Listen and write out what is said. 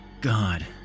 God